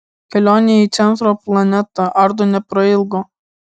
kelionė į centro planetą ardui neprailgo